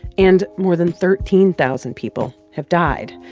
and more than thirteen thousand people have died,